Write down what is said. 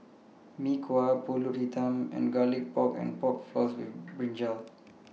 Mee Kuah Pulut Hitam and Garlic Pork and Pork Floss with Brinjal